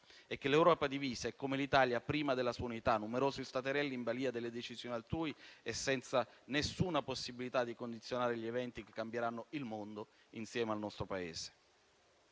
e che l'Europa divisa è come l'Italia prima della sua unità: numerosi staterelli in balia delle decisioni altrui e senza alcuna possibilità di condizionare gli eventi che cambieranno il mondo insieme al nostro Paese.